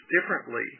differently